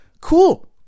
cool